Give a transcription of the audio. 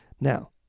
Now